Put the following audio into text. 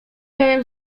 miałem